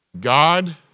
God